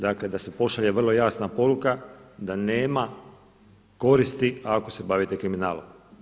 Dakle da se pošalje vrlo jasna poruka da nema koristi ako se bavite kriminalom.